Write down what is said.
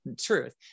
Truth